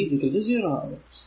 അപ്പോൾ v 0 ആകും